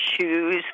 shoes